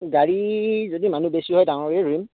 গাড়ী যদি মানুহ বেছি হয় ডাঙৰ গাড়ী ধৰিম